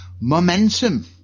Momentum